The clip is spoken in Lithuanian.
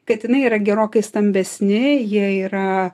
katinai yra gerokai stambesni jie yra